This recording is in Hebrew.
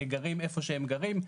גרים איפה שהם גרים,